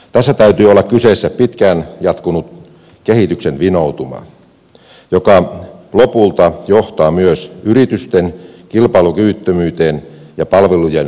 tässä täytyy olla kyseessä pitkään jatkunut kehityksen vinoutuma joka lopulta johtaa myös yritysten kilpailukyvyttömyyteen ja palvelujen kallistumiseen